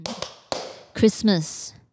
Christmas